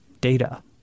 data